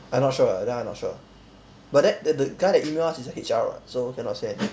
I not sure that one I not sure but that that the guy that email us is a H_R [what] so cannot say